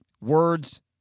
words